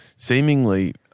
seemingly